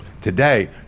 Today